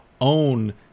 own